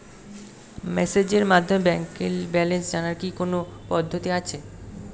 মেসেজের মাধ্যমে ব্যাংকের ব্যালেন্স জানার কি কোন পদ্ধতি আছে?